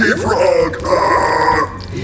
frog